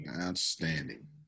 Outstanding